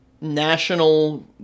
national